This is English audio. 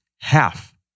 half